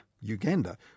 Uganda